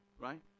right